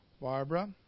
Barbara